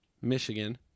Michigan